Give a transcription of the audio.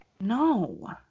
no